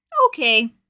Okay